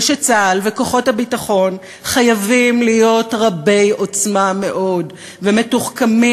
ושצה"ל וכוחות הביטחון חייבים להיות רבי-עוצמה מאוד ומתוחכמים